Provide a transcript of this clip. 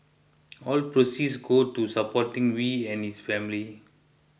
all proceeds go to supporting Wee and his family